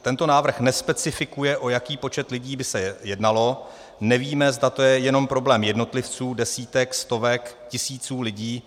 Tento návrh nespecifikuje, o jaký počet lidí by se jednalo, nevíme, zda je to jenom problém jednotlivců, desítek, stovek, tisíců lidí.